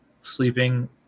sleeping